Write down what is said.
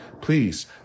Please